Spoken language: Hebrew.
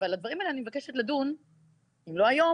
ועל הדברים האלה אני מבקשת לדון אם לא היום,